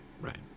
right